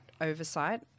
oversight